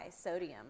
sodium